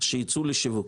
שייצאו לשיווק.